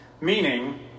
meaning